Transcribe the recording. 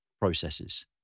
processes